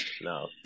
No